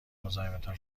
مزاحمتان